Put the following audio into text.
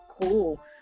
cool